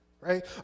right